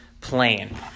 plain